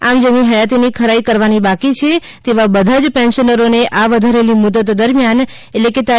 આમ જેમની હયાતીની ખરાઇ કરવાની બાકી છે તેવા બધાજ પેન્શનરોને આ વધારેલી મુદત દરમ્યાન એટલે કે તા